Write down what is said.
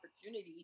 opportunity